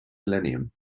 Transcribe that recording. millennium